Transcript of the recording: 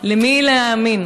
הממשלה: למי להאמין,